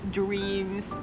dreams